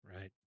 Right